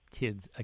kids